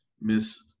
Miss